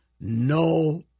No